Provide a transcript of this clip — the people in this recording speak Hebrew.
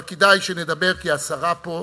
אבל כדאי שנדבר, כי השרה פה,